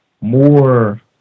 more